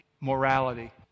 morality